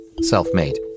self-made